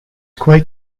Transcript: quite